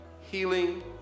healing